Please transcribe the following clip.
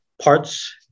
parts